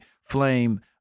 flame